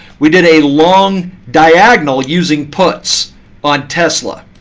we did a long diagonal using puts on tesla.